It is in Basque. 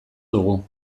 dugu